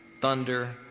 thunder